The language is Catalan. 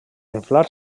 inflar